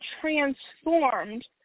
transformed